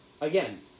Again